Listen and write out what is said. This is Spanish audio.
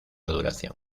duración